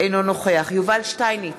אינו נוכח יובל שטייניץ,